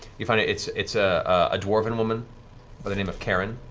you find it's it's ah a dwarven woman by the name of karin,